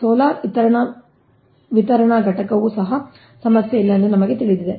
solar ಇತರ ವಿತರಣಾ ಘಟಕವೂ ಸಹ ಸಮಸ್ಯೆಯಿಲ್ಲ ಎಂದು ನಮಗೆ ತಿಳಿದಿದೆ